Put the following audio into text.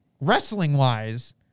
wrestling-wise